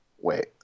Wait